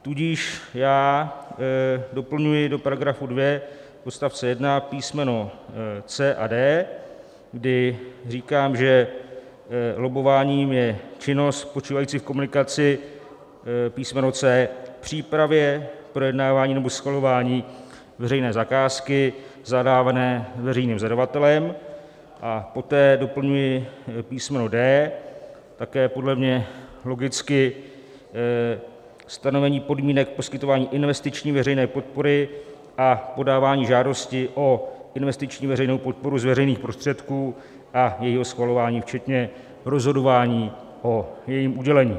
Tudíž já doplňuji do § 2 odst. 1 písmeno c) a d), kdy říkám, že lobbování je činnost spočívající v komunikaci písmeno c) k přípravě, projednávání nebo schvalování veřejné zakázky zadávané veřejným zadavatelem, a poté doplňuji písmeno d), také podle mě logicky stanovení podmínek poskytování investiční veřejné podpory a podávání žádosti o investiční veřejnou podporu z veřejných prostředků a jejího schvalování včetně rozhodování o jejím udělení.